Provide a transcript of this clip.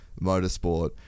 motorsport